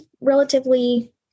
relatively